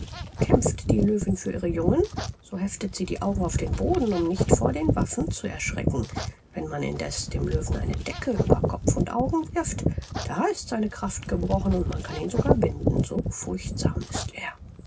kämpft die löwin für ihre jungen so heftet sie die augen auf den boden um nicht vor den waffen zu erschrecken wenn man indeß dem löwen eine decke über kopf und augen wirft da ist seine kraft gebrochen und man kann ihn sogar binden so furchtsam ist er